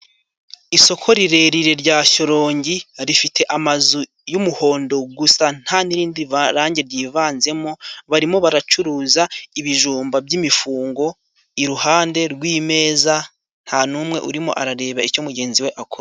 Isoko rirerire rya Shyorongi rifite amazu y'umuhondo gusa nta n'irindi ba range ryivanzemo, barimo baracuruza ibijumba by'imifungo. Iruhande rw'imeza nta n'umwe urimo arareba icyo mugenzi we akora.